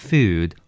Food